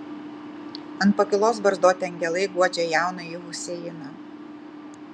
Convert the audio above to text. ant pakylos barzdoti angelai guodžia jaunąjį huseiną